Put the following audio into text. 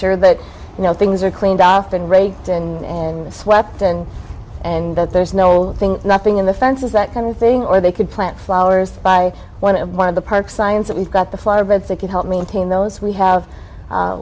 sure that you know things are cleaned off and raked and swept and and that there's no thing nothing in the fences that kind of thing or they could plant flowers by one of one of the park signs that we've got the flower beds that can help maintain those we have